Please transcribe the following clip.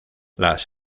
las